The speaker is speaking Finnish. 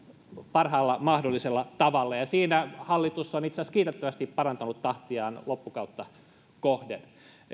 parhaalla mahdollisella tavalla ja ja siinä hallitus on itse asiassa kiitettävästi parantanut tahtiaan loppukautta kohden